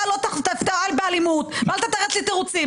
אתה לא תתנהג באלימות, ואל תתרץ לי תירוצים.